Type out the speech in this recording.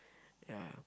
yeah